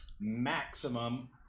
maximum